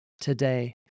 today